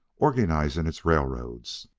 organizing its railroads,